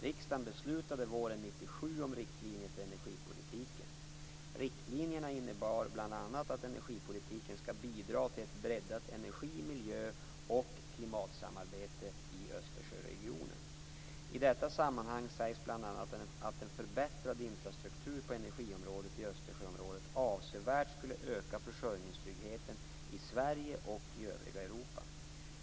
Riksdagen beslutade våren 1997 om riktlinjer för energipolitiken . Riktlinjerna innebär bl.a. att energipolitiken skall bidra till ett breddat energi-, miljö och klimatsamarbete i Östersjöregionen. I detta sammanhang sägs bl.a. att en förbättrad infrastruktur på energiområdet i Östersjöområdet avsevärt skulle öka försörjningstryggheten i Sverige och övriga Europa.